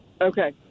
okay